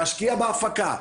להשקיע בהפקה,